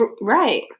Right